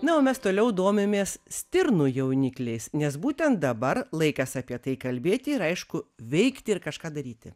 nu o mes toliau domimės stirnų jaunikliais nes būtent dabar laikas apie tai kalbėti ir aišku veikti ir kažką daryti